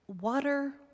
Water